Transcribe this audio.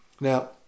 Now